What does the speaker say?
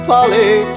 Polly